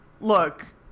look